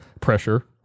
pressure